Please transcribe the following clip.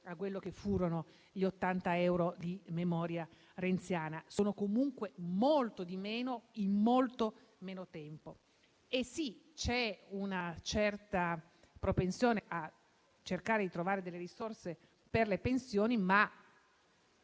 a quello che furono gli 80 euro di renziana memoria: sono comunque molti di meno e in molto meno tempo. C'è una certa propensione a cercare delle risorse per le pensioni, ma